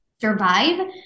survive